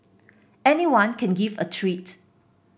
anyone can give a treat